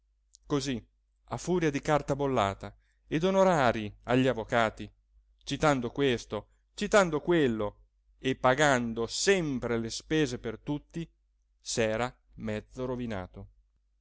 così a furia di carta bollata e d'onorarii agli avvocati citando questo citando quello e pagando sempre le spese per tutti s'era mezzo rovinato